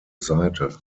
seite